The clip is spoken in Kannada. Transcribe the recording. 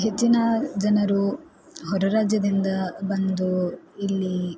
ಹೆಚ್ಚಿನ ಜನರು ಹೊರರಾಜ್ಯದಿಂದ ಬಂದು ಇಲ್ಲಿ